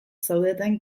zaudeten